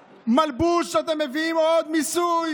מלבוש, אתם מביאים עוד מיסוי